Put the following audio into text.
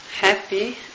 happy